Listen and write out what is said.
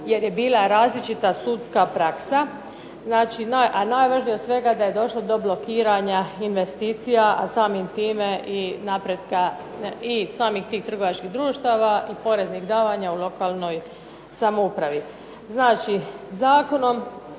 jer je bila različita sudska praksa. A najvažnije od svega je da je došlo do blokiranja investicija a samim time i samih tih trgovačkih društava i poreznih davanja u lokalnoj samoupravi. Znači, zakonom